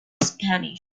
spanish